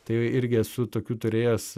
tai irgi esu tokių turėjęs